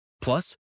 Plus